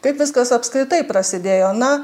kaip viskas apskritai prasidėjo na